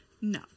No